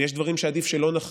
ויש דברים שעדיף שלא נכריע.